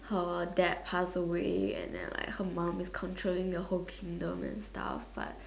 her dad pass away and than like her mum is controlling the whole Kingdom and stuff but